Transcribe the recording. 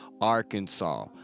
arkansas